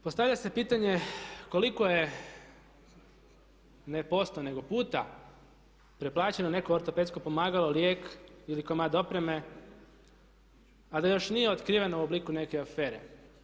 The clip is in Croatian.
Postavlja se pitanje koliko je ne posto nego puta preplaćeno neko ortopedsko pomagalo, lijek ili komad opreme a da još nije otkriveno u obliku neke afere?